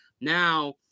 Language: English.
Now